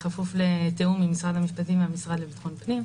בכפוף לתיאום עם משרד המשפטים והמשרד לביטחון פנים.